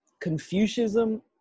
Confucianism